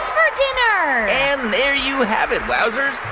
for dinner and there you have it, wowzers.